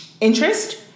interest